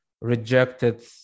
rejected